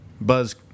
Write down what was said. Buzz